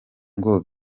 ngo